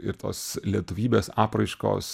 ir tos lietuvybės apraiškos